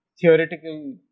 theoretical